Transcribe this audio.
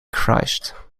christ